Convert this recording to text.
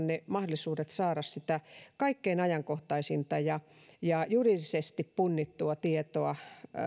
ne mahdollisuudet saada sitä kaikkein ajankohtaisinta ja ja juridisesti punnittua tietoa